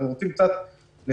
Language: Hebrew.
אנחנו רוצים קצת לשחרר